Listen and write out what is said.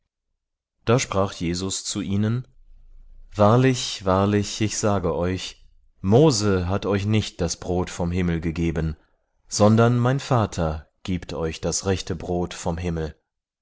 da sprach jesus zu ihnen wahrlich wahrlich ich sage euch mose hat euch nicht das brot vom himmel gegeben sondern mein vater gibt euch das rechte brot vom himmel